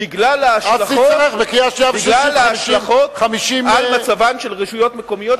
בגלל ההשלכות על מצבן של רשויות מקומיות,